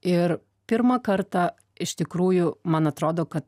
ir pirmą kartą iš tikrųjų man atrodo kad